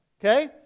okay